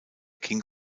king